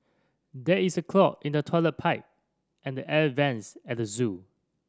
there is a clog in the toilet pipe and the air vents at the zoo